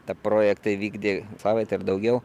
tą projektą įvykdė savaitę ar daugiau